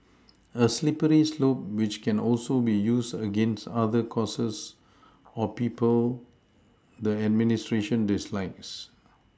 a slippery slope which can also be used against other causes or people the administration dislikes